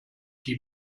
die